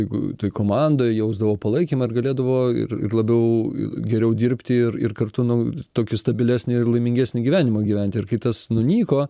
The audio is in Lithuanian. jeigu toj komandoj jausdavo palaikymą ir galėdavo ir ir labiau geriau dirbti ir ir kartu nu tokį stabilesnį ir laimingesnį gyvenimą gyventi ir kai tas nunyko